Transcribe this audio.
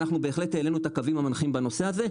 אנחנו בהחלט העלינו את הקווים המנחים בנושא הזה,